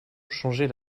changeait